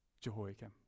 Jehoiakim